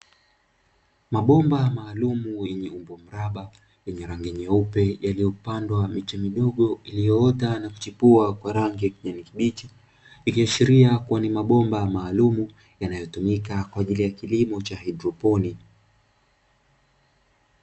Mabomba maalumu yenye umbo mraba yenye rangi nyeupe yaliyopandwa miche midogo iliyoota na kuchipua kwa rangi ya kijani kibichi ikiashiria kuwa ni mabomba maalumu yanayotumika kwa ajili ya kilimo cha haidroponi.